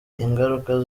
ingaruka